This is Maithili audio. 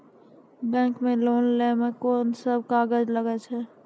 बैंक मे लोन लै मे कोन सब कागज लागै छै?